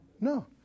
No